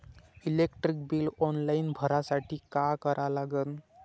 Electric bill online भरासाठी का करा लागन?